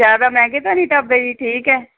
ਜ਼ਿਆਦਾ ਮਹਿੰਗੇ ਤਾਂ ਨਹੀਂ ਢਾਬੇ ਜੀ ਠੀਕ ਹੈ